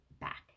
back